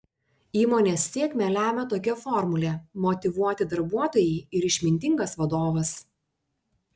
įmonės sėkmę lemią tokia formulė motyvuoti darbuotojai ir išmintingas vadovas